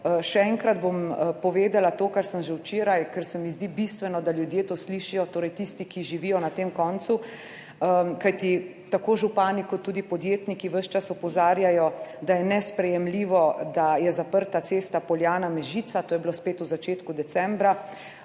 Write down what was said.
Še enkrat bom povedala to, kar sem že včeraj, ker se mi zdi bistveno, da ljudje to slišijo, torej tisti, ki živijo na tem koncu. Kajti tako župani kot tudi podjetniki ves čas opozarjajo, da je nesprejemljivo, da je zaprta cesta Poljana–Mežica, to je bilo spet v začetku decembra,